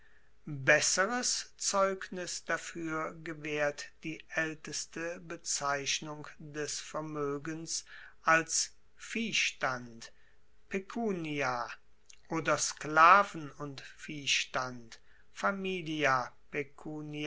besseres zeugnis dafuer gewaehrt die aelteste bezeichnung des vermoegens als viehstand pecunia oder sklaven und viehstand